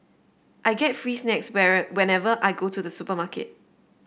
I get free snacks whenever I go to the supermarket